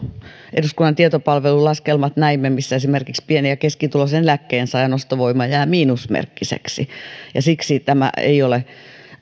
eduskunnan tietopalvelun laskelmat näimme esimerkiksi pieni ja keskituloisen eläkkeensaajan ostovoima jää miinusmerkkiseksi siksi tämä ei ole